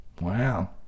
Wow